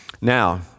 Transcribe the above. Now